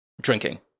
drinking